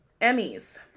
Emmys